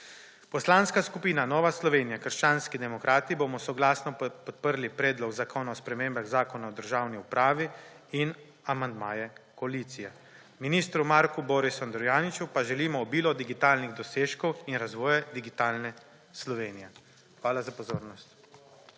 Poslanska skupina Nova Slovenija-krščanski demokrati bomo soglasno podprli Predlog zakona o spremembah Zakona o državni upravi in amandmaje koalicije. Ministru Marku Borisu Andrijaniču pa želimo obilo digitalnih dosežkov in razvoje digitalne Slovenije. Hvala za pozornost.